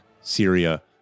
syria